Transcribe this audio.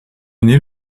année